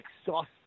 exhausted